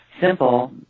simple